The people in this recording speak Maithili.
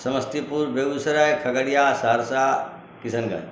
समस्तीपुर बेगूसराय खगड़िया सहरसा किशनगञ्ज